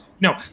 no